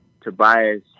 Tobias